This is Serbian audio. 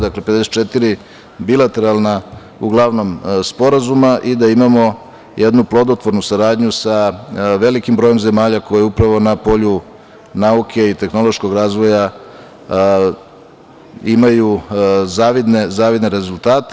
Dakle, 54 bilateralna, uglavnom, sporazuma i da imamo jednu plodotvornu saradnju sa velikim brojem zemalja koje upravo na polju nauke i tehnološkog razvoja imaju zavidne rezultate.